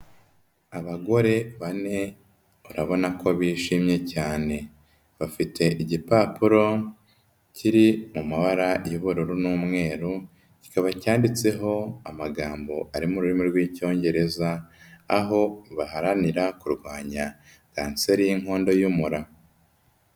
Abagore bane urabona ko bishimye cyane, bafite igipapuro kiri mu mabara y'ubururu n'umweru, kikaba cyanditseho amagambo ari mu rurimi rw'Icyongereza aho baharanira kurwanya Kanseri y'inkondo y'umura.